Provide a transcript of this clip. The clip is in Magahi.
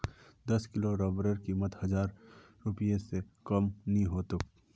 दस किलो रबरेर कीमत हजार रूपए स कम नी ह तोक